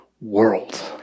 world